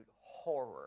horror